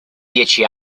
dieci